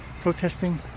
protesting